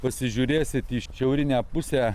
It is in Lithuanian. pasižiūrėsit į šiaurinę pusę